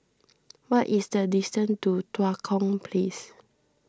what is the distance to Tua Kong Place